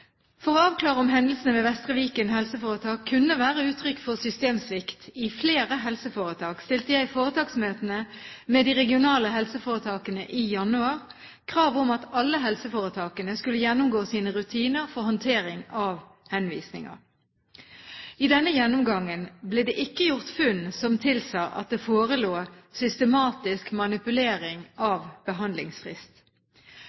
For å avklare om hendelsene ved Vestre Viken helseforetak kunne være uttrykk for systemsvikt i flere helseforetak, stilte jeg i foretaksmøtene med de regionale helseforetakene i januar krav om at alle helseforetakene skulle gjennomgå sine rutiner for håndtering av henvisninger. I denne gjennomgangen ble det ikke gjort funn som tilsa at det forelå systematisk manipulering